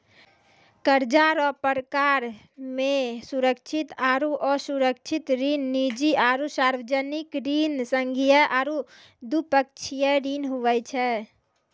कर्जा रो परकार मे सुरक्षित आरो असुरक्षित ऋण, निजी आरो सार्बजनिक ऋण, संघीय आरू द्विपक्षीय ऋण हुवै छै